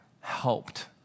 helped